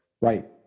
Right